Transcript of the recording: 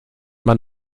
man